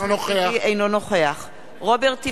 אינו נוכח רוברט טיבייב,